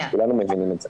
כולנו מבינים את זה.